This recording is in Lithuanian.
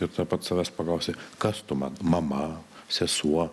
ir pats savęs paklausi kas tu man mama sesuo